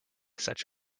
such